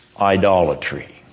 idolatry